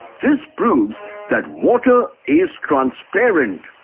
this proves that water is transparent.